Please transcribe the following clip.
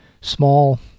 small